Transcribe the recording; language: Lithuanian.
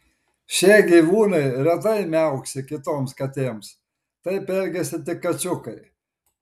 šie gyvūnai retai miauksi kitoms katėms taip elgiasi tik kačiukai